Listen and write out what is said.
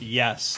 yes